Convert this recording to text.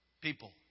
people